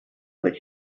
would